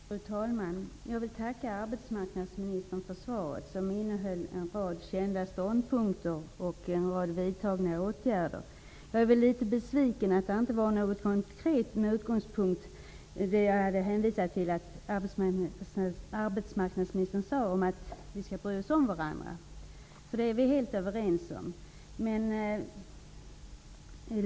Fru talman! Jag vill tacka arbetsmarknadsministern för svaret, som innehöll en rad kända ståndpunkter och vidtagna åtgärder. Jag är litet besviken över att det inte innehöll något konkret med utgångspunkt i det jag hänvisade till i arbetsmarknadsministerns tal, att vi skall bry oss om varandra. Det sista är vi helt överens om.